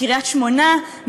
מקריית-שמונה,